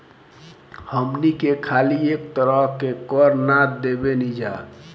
हमनी के खाली एक तरह के कर ना देबेनिजा